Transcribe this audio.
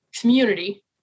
community